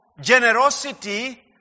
Generosity